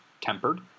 tempered